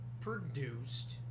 produced